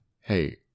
Hey